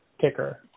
kicker